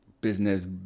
business